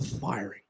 firing